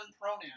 pronoun